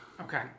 Okay